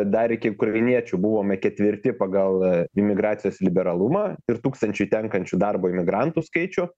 dar iki ukrainiečių buvome ketvirti pagal imigracijos liberalumą ir tūkstančiui tenkančių darbo imigrantų skaičių